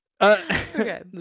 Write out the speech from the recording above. Okay